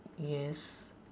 yes